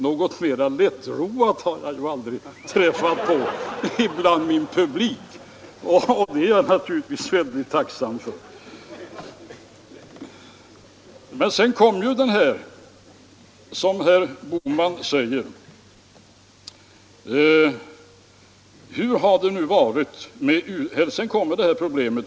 — Någon mera lättroad har jag ju aldrig träffat på bland min publik, och jag är naturligtvis väldigt tacksam. Sedan kommer problemet med hur vår utveckling har varit under det gångna året.